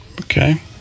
Okay